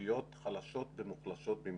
לאוכלוסיות חלשות ומוחלשות במיוחד,